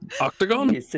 Octagon